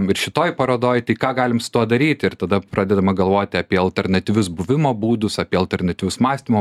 ir šitoj parodoj tai ką galim to daryti ir tada pradedama galvoti apie alternatyvius buvimo būdus apie alternatyvius mąstymo